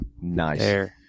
nice